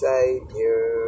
Savior